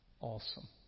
awesome